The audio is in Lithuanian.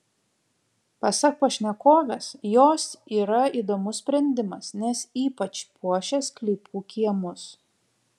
pasak pašnekovės jos yra įdomus sprendimas nes ypač puošia sklypų kiemus